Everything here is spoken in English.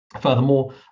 Furthermore